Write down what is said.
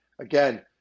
Again